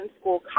school